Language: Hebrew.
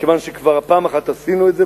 כיוון שפעם אחת כבר עשינו את זה,